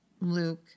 Luke